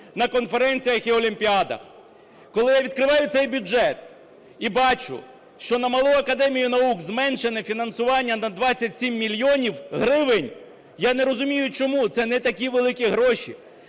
на конференціях і олімпіадах. Коли я відкриваю цей бюджет і бачу, що на Малу академію наук зменшено фінансування на 27 мільйонів гривень, я не розумію чому. Це не такі великі гроші.